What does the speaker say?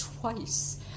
twice